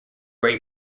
where